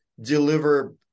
deliver